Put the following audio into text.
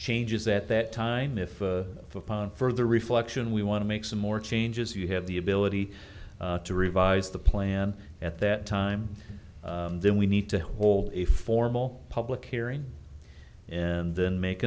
changes at that time if upon further reflection we want to make some more changes you have the ability to revise the plan at that time then we need to hold a formal public hearing and then make